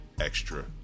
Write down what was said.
extra